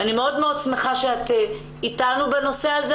אני מאוד שמחה שאת איתנו בנושא הזה,